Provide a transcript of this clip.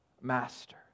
Master